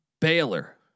Baylor